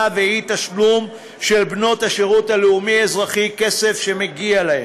ואי-תשלום לבנות השירות הלאומי-אזרחי של כסף שמגיע להן,